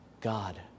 God